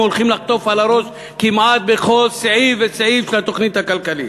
הולכים לחטוף על הראש כמעט בכל סעיף וסעיף של התוכנית הכלכלית.